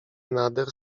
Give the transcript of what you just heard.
nader